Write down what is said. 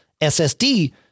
ssd